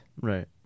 Right